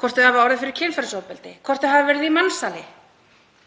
hvort það hafi orðið fyrir kynferðisofbeldi, hvort það hafi verið í mansali.